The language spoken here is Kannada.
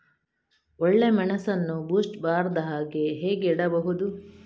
ಒಳ್ಳೆಮೆಣಸನ್ನು ಬೂಸ್ಟ್ ಬರ್ದಹಾಗೆ ಹೇಗೆ ಇಡಬಹುದು?